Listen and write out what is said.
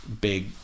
big